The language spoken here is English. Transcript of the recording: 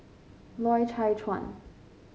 Loy Chye Chuan